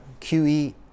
QE